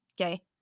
okay